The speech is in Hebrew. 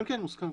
כן, מוסכם.